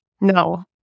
No